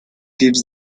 gives